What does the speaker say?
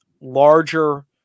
larger